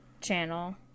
channel